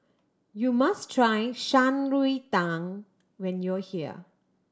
you must try Shan Rui Tang when you are here